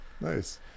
Nice